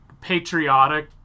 patriotic